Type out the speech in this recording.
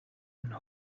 and